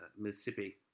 Mississippi